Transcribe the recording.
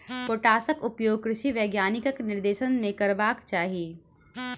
पोटासक उपयोग कृषि वैज्ञानिकक निर्देशन मे करबाक चाही